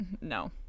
No